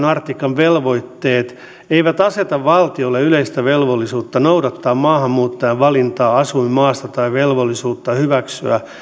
artiklan velvoitteet eivät aseta valtiolle yleistä velvollisuutta noudattaa maahanmuuttajan valintaa asuinmaasta tai velvollisuutta hyväksyä